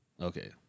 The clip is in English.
Okay